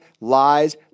lies